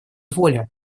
воля